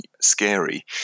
scary